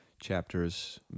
chapters